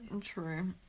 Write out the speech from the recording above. True